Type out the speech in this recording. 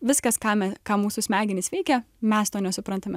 viskas ką me ką mūsų smegenys veikia mes to nesuprantame